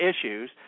issues